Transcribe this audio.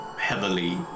heavily